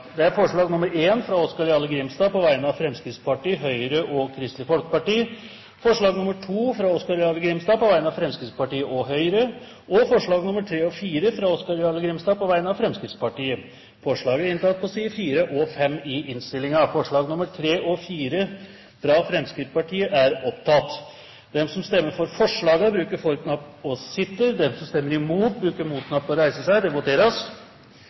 fram fire forslag. Det er forslag nr. 1, fra Oskar Jarle Grimstad på vegne av Fremskrittspartiet, Høyre og Kristelig Folkeparti forslag nr. 2, fra Oskar Jarle Grimstad på vegne av Fremskrittspartiet og Høyre forslagene nr. 3 og 4, fra Oskar Jarle Grimstad på vegne av Fremskrittspartiet Det voteres